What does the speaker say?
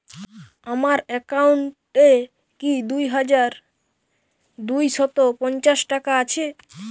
আমার অ্যাকাউন্ট এ কি দুই হাজার দুই শ পঞ্চাশ টাকা আছে?